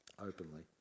openly